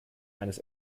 eines